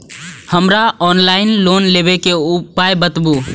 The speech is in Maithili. हमरा ऑफलाइन लोन लेबे के उपाय बतबु?